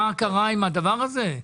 מה קרה עם הדבר הזה?